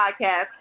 podcast